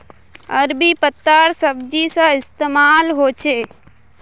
अरबी पत्तार सब्जी सा इस्तेमाल होछे